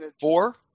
Four